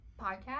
podcast